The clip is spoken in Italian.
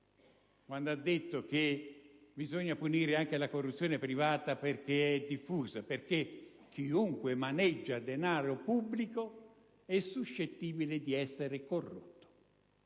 quando dice che bisogna punire anche la corruzione privata, perché è diffusa; chiunque maneggia denaro pubblico, infatti, è suscettibile di essere corrotto,